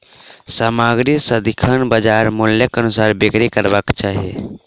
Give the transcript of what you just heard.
सामग्री सदिखन बजार मूल्यक अनुसार बिक्री करबाक चाही